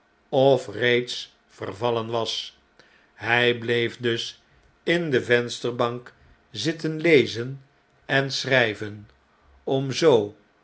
of reeds vervallen was hij bleef dus in de vensterbank zitten lezen en schrijven om zoo